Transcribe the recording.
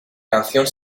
canción